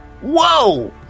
Whoa